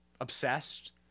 obsessed